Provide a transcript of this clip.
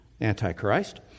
Antichrist